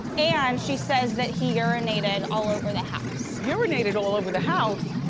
and she says that he urinated all over the house. urinated all over the house?